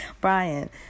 Brian